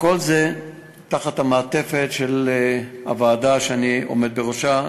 כל זה המעטפת של הוועדה שאני עומד בראשה,